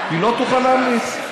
לא תוכל להמליץ.